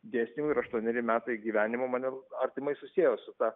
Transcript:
dėstymo ir aštuoneri metai gyvenimo mane artimai susiejo su ta